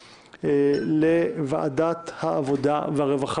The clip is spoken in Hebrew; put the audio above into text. חוק להסדר התדיינויות בסכסוכי משפחה (הוראת שעה)